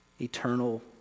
eternal